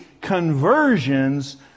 conversions